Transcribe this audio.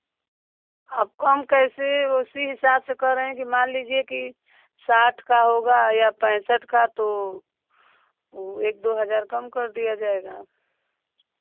आपको हम कैसे उसी हिसाब से कह रहे हैं कि मान लीजिए कि साठ का होगा या पैंसठ का तो वो एक दो हज़ार कम कर दिया जाएगा